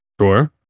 sure